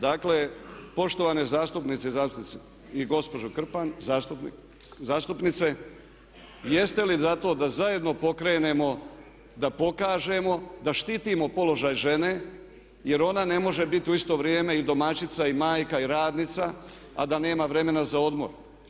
Dakle poštovane zastupnice i zastupnici i gospođo Krpan, zastupnice, jeste li zato da zajedno pokrenemo, da pokažemo, da štitimo položaj žene jer ona ne može biti u isto vrijeme i domaćica i majka i radnica a da nema vremena za odmor.